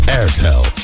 Airtel